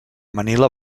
manila